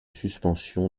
suspension